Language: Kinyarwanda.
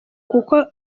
kuko